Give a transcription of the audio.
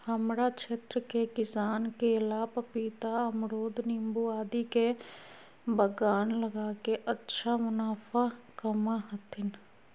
हमरा क्षेत्र के किसान केला, पपीता, अमरूद नींबू आदि के बागान लगा के अच्छा मुनाफा कमा हथीन